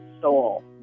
soul